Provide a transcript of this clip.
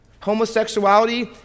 Homosexuality